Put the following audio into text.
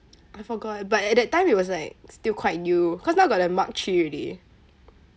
I forgot but at that time it was like still quite new cause now got the mark three already